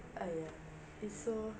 !aiya! it's so